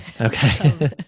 Okay